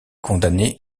condamné